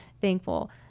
thankful